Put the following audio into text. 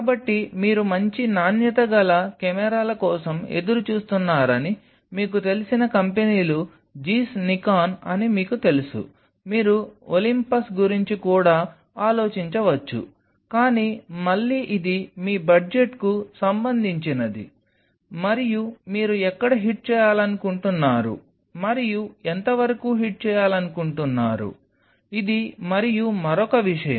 కాబట్టి మీరు మంచి నాణ్యత గల కెమెరాల కోసం ఎదురు చూస్తున్నారని మీకు తెలిసిన కంపెనీలు జీస్ నికాన్ అని మీకు తెలుసు మీరు ఒలింపస్ గురించి కూడా ఆలోచించవచ్చు కానీ మళ్లీ ఇది మీ బడ్జెట్కు సంబంధించినది మరియు మీరు ఎక్కడ హిట్ చేయాలనుకుంటున్నారు మరియు ఎంత వరకు హిట్ చేయాలనుకుంటున్నారు ఇది మరియు మరొక విషయం